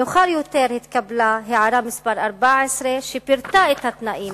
מאוחר יותר התקבלה הערה מס' 14, שפירטה את התנאים